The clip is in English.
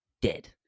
Dead